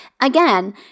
again